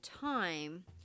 time